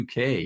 UK